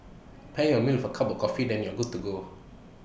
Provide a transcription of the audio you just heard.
pair your meal for A cup of coffee then you're good to go